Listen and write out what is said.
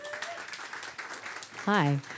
Hi